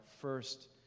first